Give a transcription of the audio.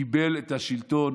קיבל את השלטון